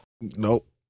Nope